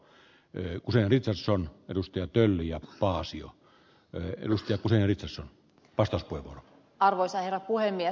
myö ku se oli tason edustaja telia paasio edusti nelitaso vastasi toivon arvoisa herra puhemies